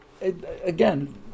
again